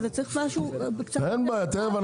שעה.